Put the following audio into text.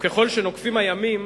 וככל שנוקפים הימים